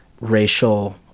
racial